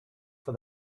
for